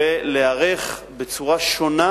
ולהיערך בצורה שונה,